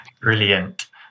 Brilliant